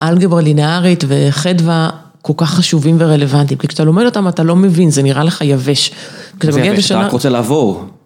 אלגברה לינארית וחדווא כל כך חשובים ורלוונטיים, כי כשאתה לומד אותם אתה לא מבין, זה נראה לך יבש. זה יבש, אתה רק רוצה לעבור.